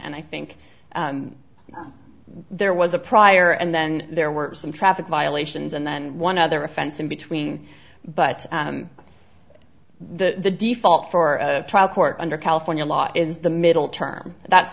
and i think there was a prior and then there were some traffic violations and then one other offense in between but the default for a trial court under california law is the middle term that's